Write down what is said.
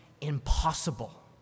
impossible